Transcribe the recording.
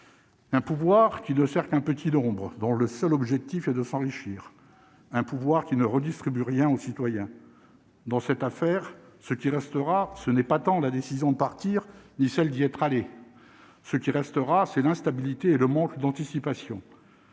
un pouvoir qui ne sert qu'un petit nombre dans le seul objectif est de s'enrichir un pouvoir qu'ils ne redistribuent rien aux citoyens dans cette affaire, ce qui restera, ce n'est pas tant la décision de partir, ni celle d'y être allé ce qui restera, c'est l'instabilité et le manque d'anticipation,